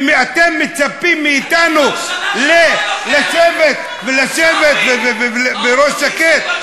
ואתם מצפים מאתנו לשבת ולשבת בראש שקט.